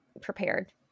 prepared